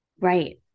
Right